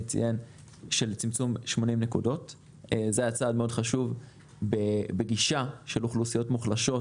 זה היה צעד מאוד חשוב בגישה של אוכלוסיות מוחלשות